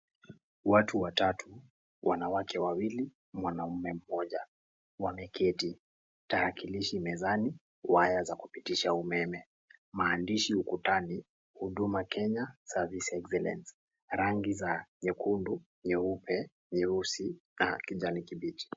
Watu watatu wanawake wawili mwanaume moja, wameketi tarakilishi mezani wire za kupitisha umeme, maandishi ukutani huduma service excellence , rangi za nyekundu, nyeupe nyeusi na kijanikibichi.